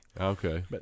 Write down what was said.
Okay